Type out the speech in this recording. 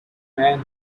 man